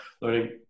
learning